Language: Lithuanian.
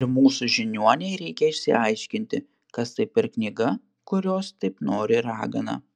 ir mūsų žiniuonei reikia išsiaiškinti kas tai per knyga kurios taip nori ragana